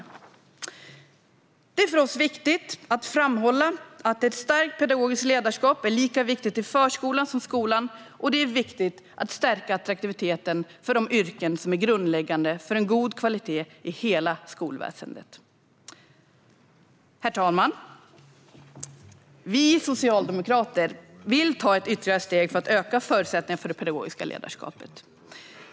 Det är för oss viktigt att framhålla att ett starkt pedagogiskt ledarskap är lika viktigt i förskolan som i skolan och att det är viktigt att stärka attraktiviteten hos de yrken som är grundläggande för en god kvalitet i hela skolväsendet. Herr talman! Vi socialdemokrater vill ta ett ytterligare steg för att öka förutsättningarna för det pedagogiska ledarskapet.